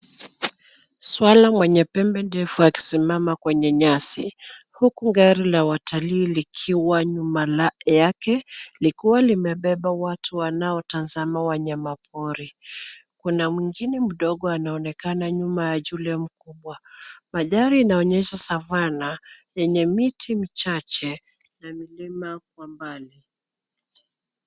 Swara mwenye pembe ndefu akisimama kwenye nyasi, huku gari la watalii likiwa nyuma yake likuwa limebeba watu wanaotazama wanyamapori. Kuna mwingine mdogo anaonekana nyuma ya yule mkubwa. Mandhari inaonyesha savana yenye miti michache na milima kwa mbali.